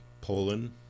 Poland